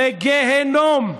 לגיהינום.